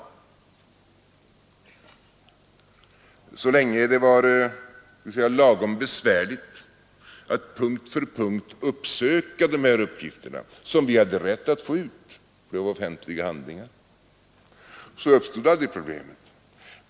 Så länge det var lagom besvärligt att punkt för punkt uppsöka de här uppgifterna — som man hade rätt att få ut, eftersom de var offentliga handlingar — uppstod aldrig problemet.